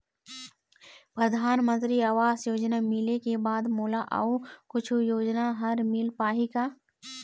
परधानमंतरी आवास योजना मिले के बाद मोला अऊ कुछू योजना हर मिल पाही का?